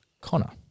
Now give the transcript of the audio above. Connor